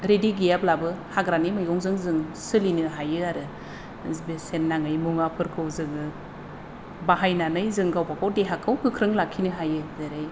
रेदि गैयाब्लाबो हाग्रानि मैगंजों जों सोलिनो हायो आरो बेसेन नाङै मुवाफोरखौ जोङो बाहायनानै जों गावबागाव देहाखौ गोख्रों लाखिनो हायो